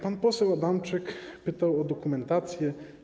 Pan poseł Adamczyk pytał o dokumentację.